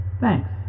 Thanks